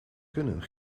kunnen